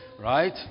right